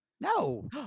No